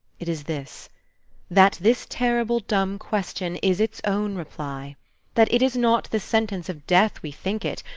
it is this that this terrible dumb question is its own reply that it is not the sentence of death we think it,